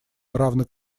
равно